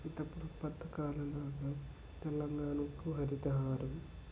ఈ తప్పుడు పథకాల లాగా తెలంగాణకు హరితహారం